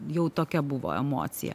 jau tokia buvo emocija